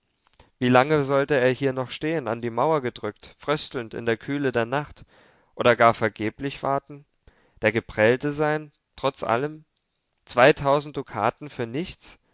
wie lange sollte er noch hier stehen an die mauer gedrückt fröstelnd in der kühle der nacht oder gar vergeblich warten der geprellte sein trotz allem zweitausend dukaten für nichts